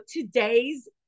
today's